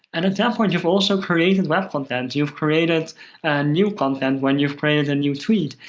and at that point, you've also created web content. you've created and new content when you've created a new tweet.